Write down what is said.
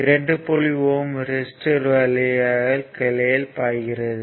5 ohm resistor கிளையில் பாய்கிறது